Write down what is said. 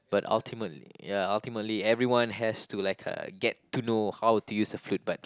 but ultimately ya ultimately everyone has to like uh get to know how to use a flute but